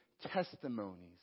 testimonies